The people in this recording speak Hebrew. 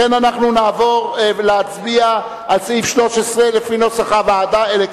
נעבור להסתייגות של קבוצת מרצ.